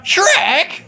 Shrek